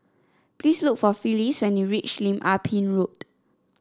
please look for Phyllis when you reach Lim Ah Pin Road